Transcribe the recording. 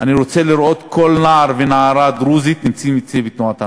אני רוצה לראות כל נער ונערה דרוזים נמצאים אצלי בתנועת הנוער.